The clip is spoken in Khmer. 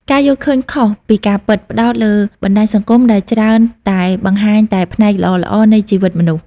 ការយល់ឃើញខុសពីការពិត ផ្តោតលើបណ្ដាញសង្គមដែលច្រើនតែបង្ហាញតែផ្នែកល្អៗនៃជីវិតមនុស្ស។